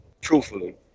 truthfully